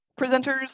presenters